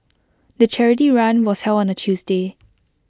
the charity run was held on A Tuesday